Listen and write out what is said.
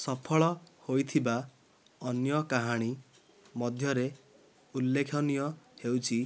ସଫଳ ହୋଇଥିବା ଅନ୍ୟ କାହାଣୀ ମଧ୍ୟରେ ଉଲ୍ଲେଖନୀୟ ହେଉଛି